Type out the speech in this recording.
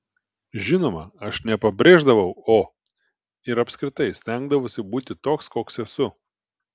žinoma aš nepabrėždavau o ir apskritai stengdavausi būti toks koks esu